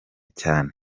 cyane